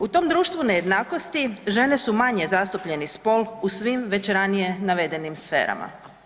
U tom društvu nejednakosti žene su manje zastupljeni spol u svim već ranije navedenim sferama.